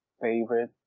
favorite